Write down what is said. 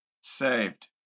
saved